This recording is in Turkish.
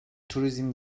turizm